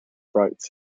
rights